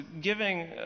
giving